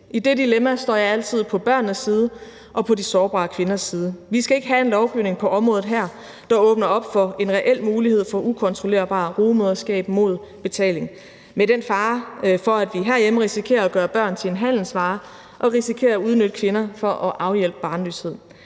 I det dilemma står jeg altid på børnenes side og på de sårbare kvinders side. Vi skal ikke have en lovgivning på området her, der åbner op for en reel mulighed for ukontrollerbart rugemoderskab mod betaling med en fare for, at vi herhjemme risikerer at gøre børn til en handelsvare og risikerer at udnytte kvinder for at afhjælpe barnløshed.